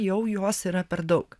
jau jos yra per daug